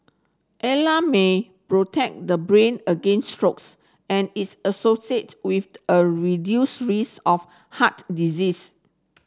A L A protect the brain against strokes and is associated with a reduced risk of heart disease